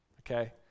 Okay